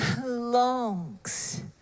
longs